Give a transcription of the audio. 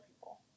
people